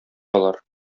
алар